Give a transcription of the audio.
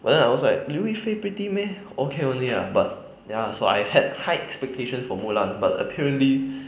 but then I also like 刘亦菲 pretty meh okay only ah but ya I also like had high expectation for mulan but apparently